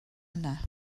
yna